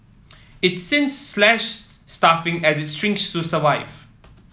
it's since slashed staffing as it shrinks to survive